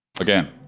Again